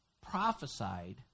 prophesied